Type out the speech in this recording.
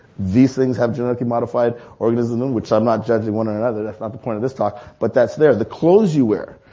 these things have genetically modified or it is a non, which i'm not judging one or another, that's not the point of this talk, but that's there. the clothes you wear.